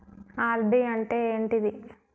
RD అంటే ఏంటిది?